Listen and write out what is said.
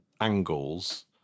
angles